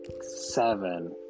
seven